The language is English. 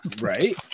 Right